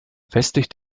westlich